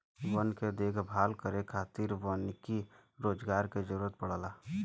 वन के देखभाल करे खातिर वानिकी रोजगार के जरुरत पड़ला